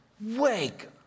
wake